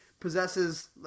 Possesses